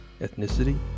ethnicity